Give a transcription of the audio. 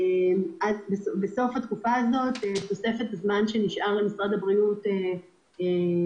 אם הכנסת תאשר לנו תוספת הזמן שנשאר למשרד הבריאות לצורך